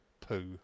poo